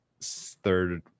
third